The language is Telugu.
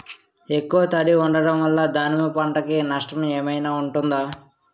ఎక్కువ తడి ఉండడం వల్ల దానిమ్మ పంట కి నష్టం ఏమైనా ఉంటుందా?